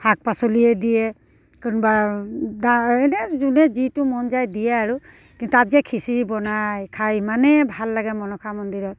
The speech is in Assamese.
শাক পাচলিয়ে দিয়ে কোনোবা দান এনেই যোনে যিটো মন যায় দিয়ে আৰু কিন্তু তাত যে খিচিৰি বনায় খাই ইমানেই ভাল লাগে মনসা মন্দিৰত